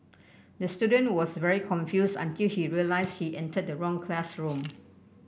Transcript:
the student was very confused until he realised he entered the wrong classroom